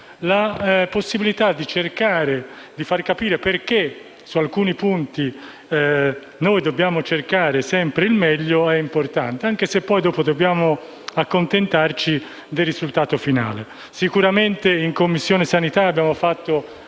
approfondita far capire perché su alcuni punti dobbiamo cercare sempre il meglio è importante, anche se poi dobbiamo accontentarci del risultato finale. Sicuramente in Commissione sanità abbiamo fatto